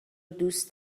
دوست